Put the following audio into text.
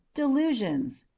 delusions.